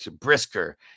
brisker